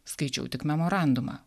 skaičiau tik memorandumą